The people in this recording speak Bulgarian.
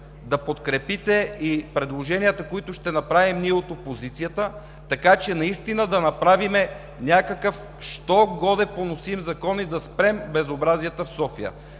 да подкрепите и предложенията, които ще направим ние от опозицията, така че наистина да направим някакъв що-годе поносим Закон и да спрем безобразията в София.